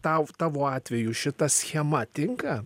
tau tavo atveju šita schema tinka